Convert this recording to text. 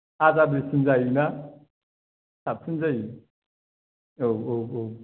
आजादिसिन जायो ना साबसिन जायो औ औ औ